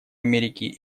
америки